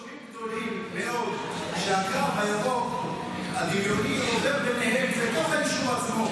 יישובים גדולים מאוד שהקו הירוק הדמיוני עובר ביניהם בתוך היישוב עצמו.